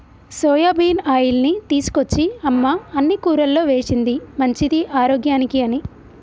soybean ఆయిల్ని తీసుకొచ్చి అమ్మ అన్ని కూరల్లో వేశింది మంచిది ఆరోగ్యానికి అని